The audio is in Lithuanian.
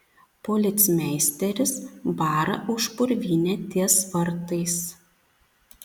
policmeisteris bara už purvynę ties vartais